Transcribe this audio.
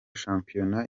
shampiyona